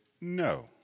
no